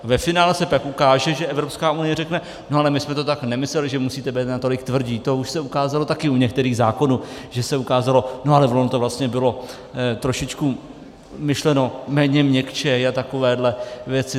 Ve finále se pak ukáže, že Evropská unie řekne no ale my jsme to tak nemysleli, že musíte být natolik tvrdí, to už se ukázalo taky u některých zákonů, že se ukázalo no, ale ono to vlastně bylo trošičku myšleno méně měkčeji, a takovéhle věci.